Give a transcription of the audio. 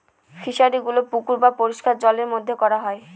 ফিশারিগুলো পুকুর বা পরিষ্কার জলের মধ্যে করা হয়